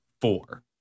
Four